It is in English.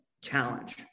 challenge